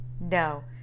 No